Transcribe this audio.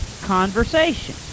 conversation